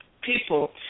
people